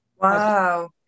wow